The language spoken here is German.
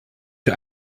für